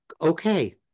okay